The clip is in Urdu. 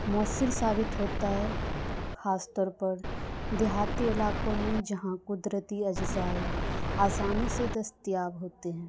مؤثر ثابت ہوتا ہے خاص طور پر دیہاتی علاقوں میں جہاں قدرتی اجزا آسانی سے دستیاب ہوتے ہیں